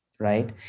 Right